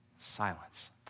Silence